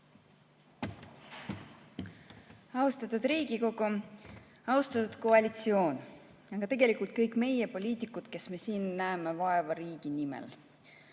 Austatud Riigikogu! Austatud koalitsioon ja tegelikult kõik meie, poliitikud, kes me siin näeme vaeva riigi nimel!